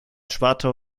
schwartau